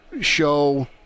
show